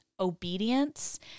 obedience